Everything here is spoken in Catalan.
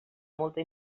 multa